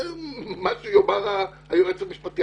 מה שיאמר היועץ המשפטי.